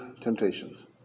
temptations